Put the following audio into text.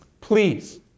Please